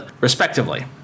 respectively